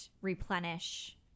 replenish